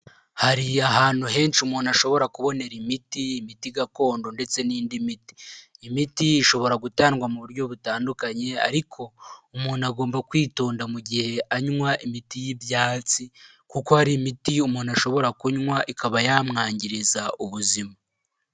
Hari ahantu henshi umuntu ashobora kubonera imiti, imiti gakondo ndetse n'indi miti, imiti ishobora gutangwa mu buryo butandukanye, ariko umuntu agomba kwitonda mu gihe anywa imiti y'ibyatsi, kuko hari imiti umuntu ashobora kunywa ikaba yamwangiriza ubuzima.